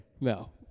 No